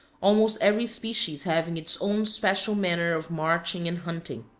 almost every species having its own special manner of marching and hunting.